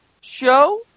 show